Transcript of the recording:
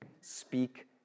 Speak